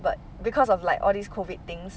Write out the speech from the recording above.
but because of like all these COVID things